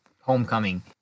Homecoming